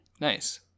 Nice